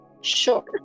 sure